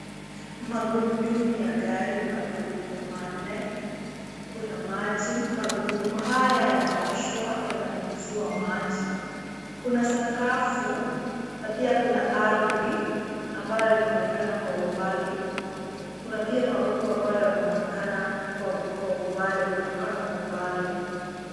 Magurudumu ya gari ,magurudumu manne kuna maji magurudumu haya yanaoshwa yananyunyiziwa maji . kuna sakafu ,na pia kuna ardhi ambayo inaonekana kwa umbali ,kuna pia mawingu ambayo yanayoonekana kwa umbali mwonekano wa umbali.